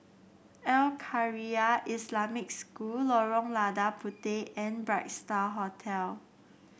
Al Khairiah Islamic School Lorong Lada Puteh and Bright Star Hotel